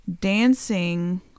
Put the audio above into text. dancing